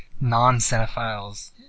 non-cinephiles